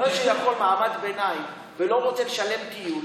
הורה ממעמד ביניים שיכול ולא רוצה לשלם על טיול,